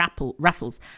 raffles